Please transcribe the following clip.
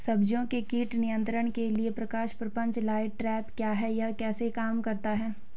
सब्जियों के कीट नियंत्रण के लिए प्रकाश प्रपंच लाइट ट्रैप क्या है यह कैसे काम करता है?